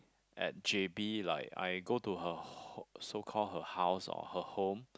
at J_B like I go to her home so called her house or her home